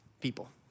people